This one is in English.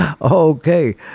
Okay